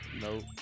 Nope